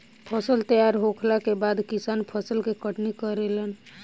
फसल तैयार होखला के बाद किसान फसल के कटनी करेलन